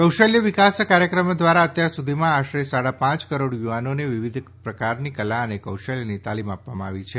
કૌશલ્ય વિકાસ કાર્યક્રમ દ્વારા અત્યાર સુધીમાં આશરે સાડા પાંચ કરોડ યુવાનોને વિવિધ પ્રકારની કલા અને કૌશલ્યની તાલિમ આપવામાં આવી છે